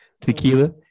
tequila